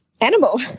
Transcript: animal